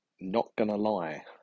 not-gonna-lie